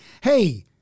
Hey